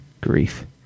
grief